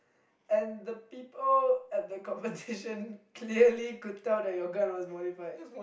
and the people at the competition clearly could tell that you gun as modified